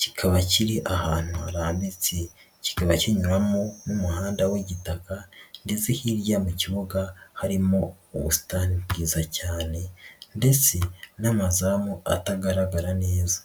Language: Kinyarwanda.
kikaba kiri ahantu harambitse, kikaba kinyuramo n'umuhanda w'igitaka ndetse hirya mu kibuga, harimo ubusitani bwiza cyane ndetse n'amazamu atagaragara neza.